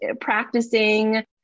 practicing